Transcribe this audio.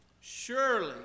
surely